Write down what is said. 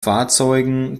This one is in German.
fahrzeugen